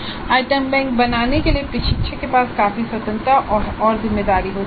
item bank बनाने में एक प्रशिक्षक के पास काफी स्वतंत्रता और जिम्मेदारी होती है